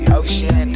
ocean